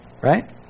Right